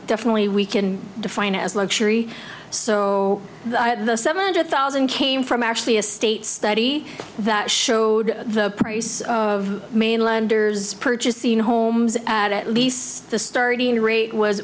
definitely we can define it as luxury so the seven hundred thousand came from actually a state study that showed the price of mainlanders purchasing homes at least the starting rate was